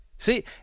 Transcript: See